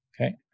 Okay